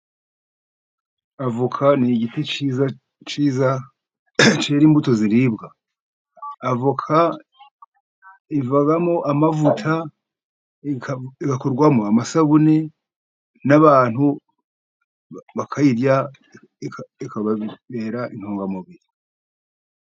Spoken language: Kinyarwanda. Avoka ni igiti cyiza cyiza, cyera imbuto ziribwa, avoka ivamo amavuta, igakorwamo amasabune n'abantu bakayirya ikababera intungamubiri.